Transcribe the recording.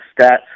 stats